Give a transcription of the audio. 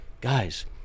guys